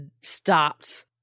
stopped